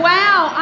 Wow